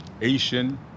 Asian